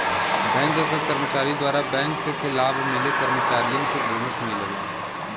bank क कर्मचारी द्वारा बैंक के लाभ मिले कर्मचारियन के बोनस मिलला